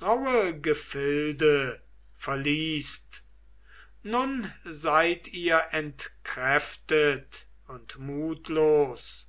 rauhe gefilde verließt nun seid ihr entkräftet und mutlos